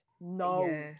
No